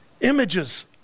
images